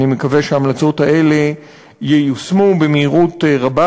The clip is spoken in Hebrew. אני מקווה שההמלצות האלה ייושמו במהירות רבה